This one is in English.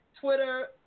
Twitter